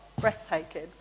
breathtaking